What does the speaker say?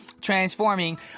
transforming